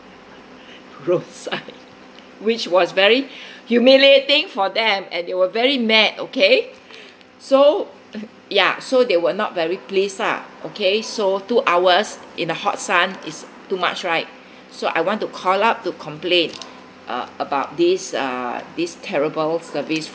road side which was very humiliating for them and they were very mad okay so ya so they were not very pleased lah okay so two hours in the hot sun is too much right so I want to call up to complain uh about this uh this terrible service